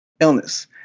illness